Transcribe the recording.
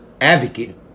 advocate